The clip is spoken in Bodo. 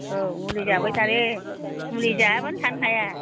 औ मुलि जाबाय थायो मुलि जायाबानो थानो हाया